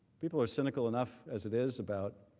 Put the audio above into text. people are cynical enough as it is about